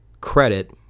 credit